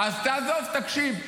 -- אז תעזוב, תקשיב.